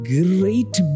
great